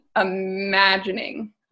imagining